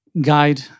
guide